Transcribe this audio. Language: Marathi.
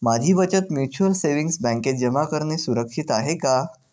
माझी बचत म्युच्युअल सेविंग्स बँकेत जमा करणे सुरक्षित आहे का